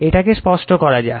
এটাকে স্পষ্ট করা যাক